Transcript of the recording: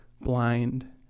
blind